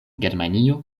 germanio